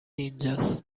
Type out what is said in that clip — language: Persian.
اینجاس